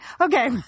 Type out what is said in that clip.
Okay